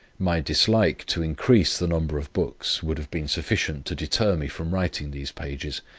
my dislike to increase the number of books would have been sufficient to deter me from writing these pages,